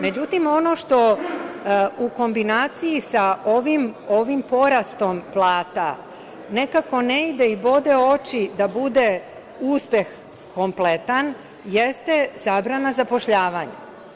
Međutim, ono što u kombinaciji sa ovim porastom plata nekako ne ide i bode oči da bude uspeh kompletan, jeste zabrana zapošljavanja.